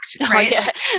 Right